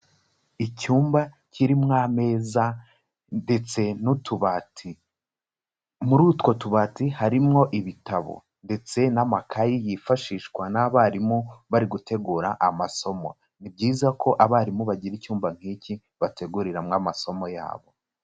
Icyumba kiririmo ameza ndetse n'utubati, muri utwo tubati harimwo ibitabo ndetse n'amakayi yifashishwa n'abarimu bari gutegura amasomo. Ni byiza ko abarimu bagira icyumba nk'iki bateguriramo amasomo yabo.